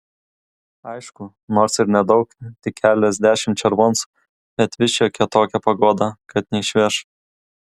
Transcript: aišku nors ir nedaug tik keliasdešimt červoncų bet vis šiokia tokia paguoda kad neišveš